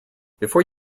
before